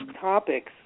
topics